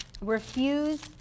Refuse